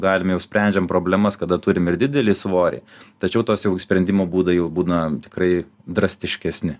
galim jau sprendžiam problemas kada turim ir didelį svorį tačiau tos jau sprendimo būdai jau būna tikrai drastiškesni